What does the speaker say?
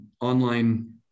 online